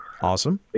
Awesome